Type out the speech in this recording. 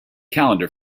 calendar